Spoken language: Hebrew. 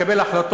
אלא לקבל החלטות,